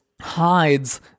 hides